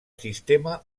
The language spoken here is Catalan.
sistema